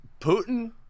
putin